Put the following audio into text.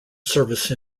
service